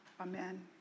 Amen